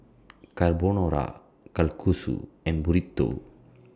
Carbonara Kalguksu and Burrito